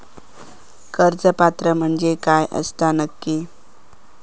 कर्ज पात्र म्हणजे काय असता नक्की?